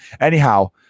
Anyhow